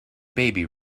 baby